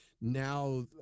now